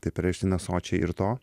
tai perelšteinas sočiai ir to